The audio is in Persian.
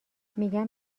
میگم